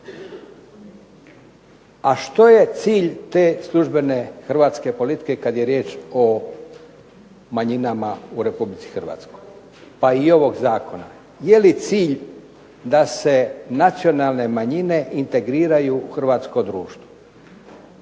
A što je cilj te službene hrvatske politike kad je riječ o manjinama u RH, pa i ovog zakona? Je li cilj da se nacionalne manjine integriraju u hrvatsko društvo?